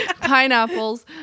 pineapples